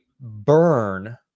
burn